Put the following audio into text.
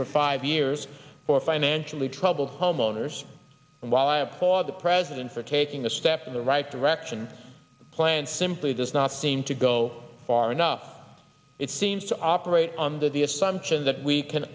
for five years for financially troubled homeowners and while i applaud the president for taking the steps in the right direction plan simply does not seem to go far enough it seems to operate on the the assumption that we can